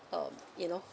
uh you know